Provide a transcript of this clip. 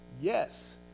yes